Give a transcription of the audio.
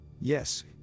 Yes